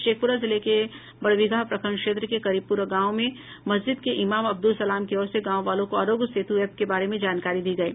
शेखपुरा जिले के बरबीघा प्रखंड क्षेत्र के करीबपुरा गांव में मस्जिद के इमाम अब्दुल सलाम की ओर से गांव वालों को आरोग्य सेतु एप के बारे में जानकारी दी गयी